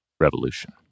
revolution